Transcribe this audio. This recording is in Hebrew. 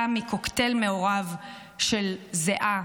פעם מקוקטייל מעורב של זיעה,